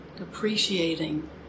appreciating